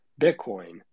Bitcoin